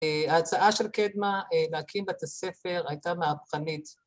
‫ההצעה של קדמה להקים בתי ספר ‫הייתה מהפכנית.